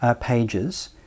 pages